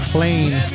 Plane